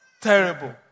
terrible